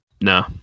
No